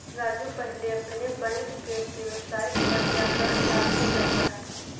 राजू पहले अपने बैंक के वेबसाइट पर जाकर लॉगइन करता है